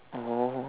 oh